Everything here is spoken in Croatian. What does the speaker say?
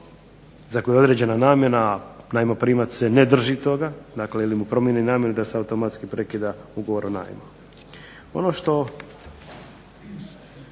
za koje je određena namjena, a najmoprimac se ne drži toga, dakle ili mu promijeni namjenu da se automatski prekida ugovor o najmu. Ono što